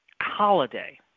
holiday